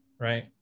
Right